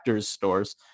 stores